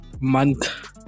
month